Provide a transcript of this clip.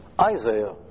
Isaiah